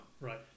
Right